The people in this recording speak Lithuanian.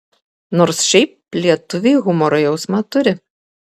nors šiaip lietuviai humoro jausmą turi